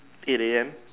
eight A_M